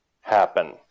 happen